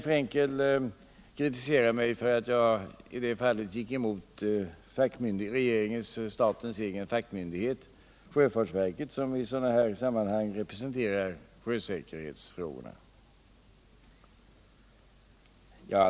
Hon kritiserar mig för att jag i det fallet gick emot statens egen fack myndighet, sjöfartsverket, som i sådana här sammanhang tillvaratar sjösäkerhetsintresset.